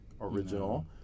original